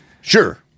Sure